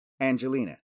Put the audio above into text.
Angelina